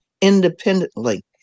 independently